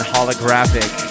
Holographic